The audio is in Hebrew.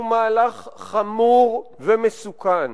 הוא מהלך חמור ומסוכן.